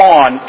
on